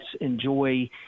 enjoy